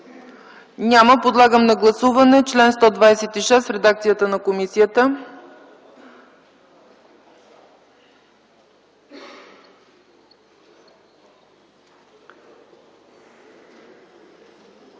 Няма. Подлагам на гласуване чл. 126 в редакцията на комисията.